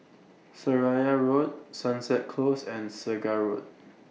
Seraya Road Sunset Close and Segar Road